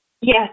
Yes